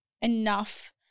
enough